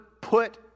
put